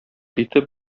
итеп